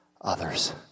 others